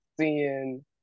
seeing